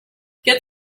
get